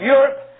Europe